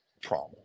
trauma